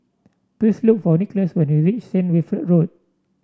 please look for Nicholas when you reach Saint Wilfred Road